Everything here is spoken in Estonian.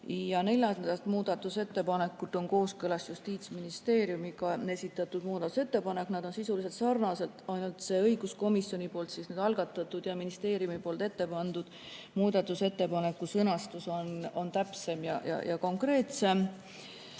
ja neljas muudatusettepanek on kooskõlas Justiitsministeeriumiga [komisjoni] esitatud muudatusettepanek. Nad on sisuliselt sarnased, aga õiguskomisjoni algatatud ja ministeeriumi poolt ette pandud muudatusettepaneku sõnastus on täpsem ja konkreetsem